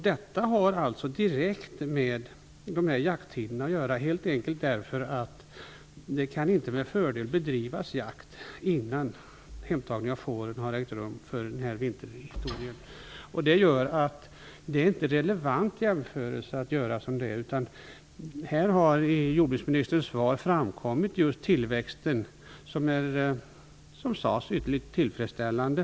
Detta har direkt med jakttiderna att göra, helt enkelt därför att man inte med fördel kan bedriva jakt innan hemtagning av fåren har ägt rum för vintern. Detta gör att jämförelsen inte är relevant. I jordbruksministerns svar talades om tillväxten, som är tillfredsställande.